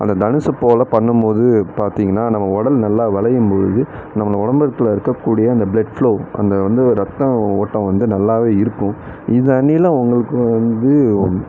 அந்தத் தனுசு போலப் பண்ணும்போது பார்த்திங்கனா நம்ம உடல் நல்லா வளையும் பொழுது நம்ம உடம்புக்குள்ளே இருக்ககூடிய அந்த ப்ளட் ஃப்லோ அங்க வந்து இரத்தம் ஓட்டம் வந்து நல்லாவே இருக்கும் இதனிலா உங்களுக்கு வந்து